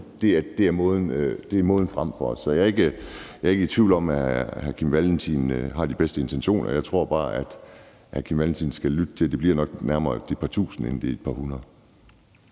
det er måden at gå frem på. Jeg er ikke i tvivl om, at hr. Kim Valentin har de bedste intentioner, men jeg tror bare, at hr. Kim Valentin skal lytte til dem, der siger, at det nok nærmere bliver et par tusinde end et par hundrede.